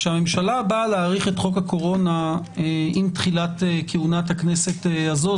כשהממשלה באה להאריך את חוק הקורונה עם תחילת כהונת הכנסת הזאת,